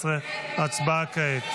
17. הצבעה כעת.